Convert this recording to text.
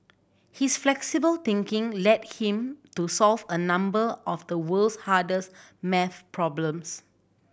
his flexible thinking led him to solve a number of the world's hardest maths problems